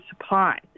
supply